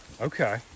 Okay